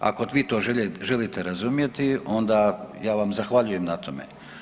Ako vi to želite razumjeti onda ja vam zahvaljujem na tome.